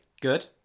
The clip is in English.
Good